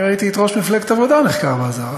אני ראיתי את ראש מפלגת העבודה נחקר באזהרה,